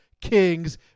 kings